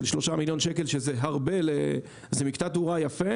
של 3 מיליון ₪ שזה מקטע תאורה יפה